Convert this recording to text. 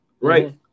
Right